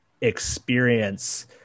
experience